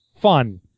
Fun